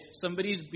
somebody's